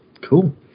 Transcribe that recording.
cool